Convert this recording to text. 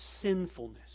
sinfulness